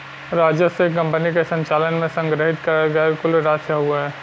राजस्व एक कंपनी के संचालन में संग्रहित करल गयल कुल राशि हउवे